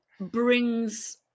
brings